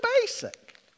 basic